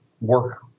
work